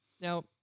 Now